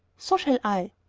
so shall i.